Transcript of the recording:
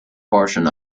portion